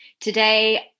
Today